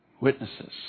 witnesses